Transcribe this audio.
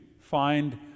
find